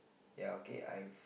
ya okay I'm